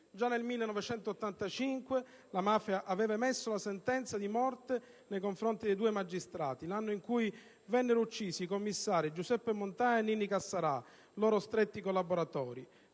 Già nel 1985 la mafia aveva emesso la sentenza di morte nei confronti dei due magistrati, l'anno in cui vennero uccisi i commissari Giuseppe Montana e Ninni Cassarà, i loro stretti collaboratori.